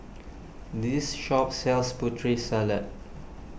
this shop sells Putri Salad